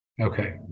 Okay